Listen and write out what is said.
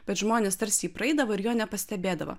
bet žmonės tarsi jį praeidavo ir jo nepastebėdavo